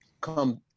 come